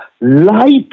light